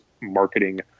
marketing